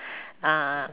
uh